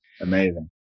Amazing